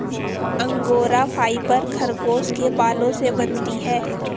angora fibre खरगोश के बालों से बनती है